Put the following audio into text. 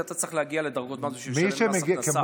אתה צריך להגיע לדרגות מס בשביל לשלם מס הכנסה.